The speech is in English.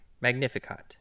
Magnificat